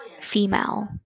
female